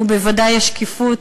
ובוודאי השקיפות,